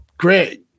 Great